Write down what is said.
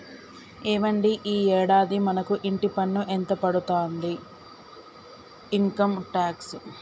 ఏవండి ఈ యాడాది మనకు ఇంటి పన్ను ఎంత పడతాదండి ఇన్కమ్ టాక్స్